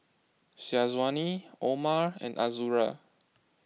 Syazwani Omar and Azura